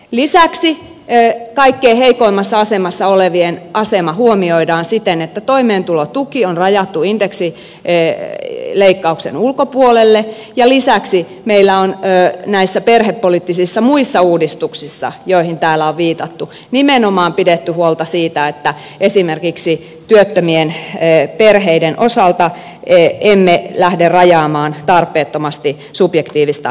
lisäksi kaikkein heikoimmassa asemassa olevien asema huomioidaan siten että toimeentulotuki on rajattu indeksileikkauksen ulkopuolelle ja lisäksi meillä on näissä perhepoliittisissa muissa uudistuksissa joihin täällä on viitattu nimenomaan pidetty huolta siitä että esimerkiksi työttömien perheiden osalta emme lähde rajaamaan tarpeettomasti subjektiivista päivähoito oikeutta